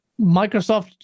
microsoft